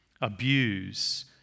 abuse